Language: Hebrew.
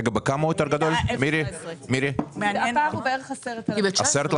הפער הוא בערך 10,000. אבל